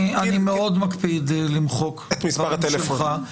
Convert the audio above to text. אני מאוד מקפיד למחוק דברים שלך,